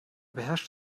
beherrscht